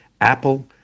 apple